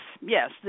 yes